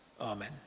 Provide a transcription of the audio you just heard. Amen